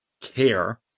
care